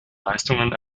leistungen